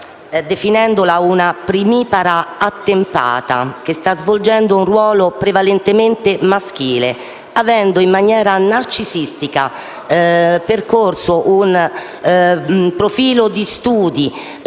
definendola una primipara attempata che sta svolgendo un ruolo prevalentemente maschile, avendo in maniera narcisistica percorso un profilo di studi